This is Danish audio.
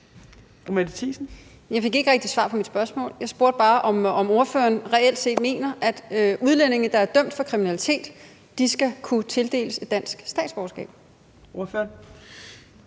13:50 Mette Thiesen (NB): Jeg fik ikke rigtig svar på mit spørgsmål. Jeg spurgte bare, om ordføreren reelt set mener, at udlændinge, der er dømt for kriminalitet, skal kunne tildeles dansk statsborgerskab. Kl.